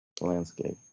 Landscape